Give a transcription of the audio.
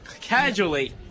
casually